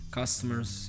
customers